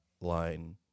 line